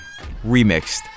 remixed